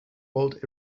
bolt